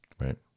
Right